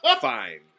Fine